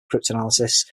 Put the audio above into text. cryptanalysis